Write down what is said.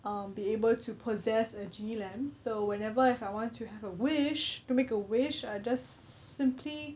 um be able to possess a genie lamp so whenever if I want to have a wish to make a wish I just simply